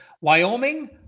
Wyoming